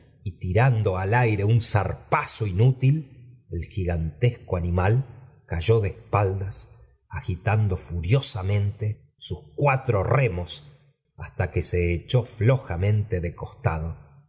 y tirando al aire un zarpazo inútil el gigantesco animal cayó de espaldas agitando furiosamente sus cuatro remos hasta que se ochó flojamente do costado